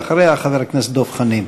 אחריה, חבר הכנסת דב חנין.